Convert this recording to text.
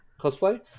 cosplay